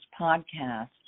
podcast